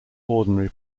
ordinary